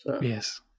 yes